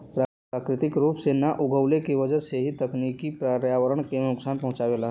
प्राकृतिक रूप से ना उगवले के वजह से इ तकनीकी पर्यावरण के नुकसान पहुँचावेला